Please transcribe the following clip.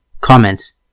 Comments